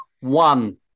One